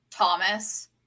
Thomas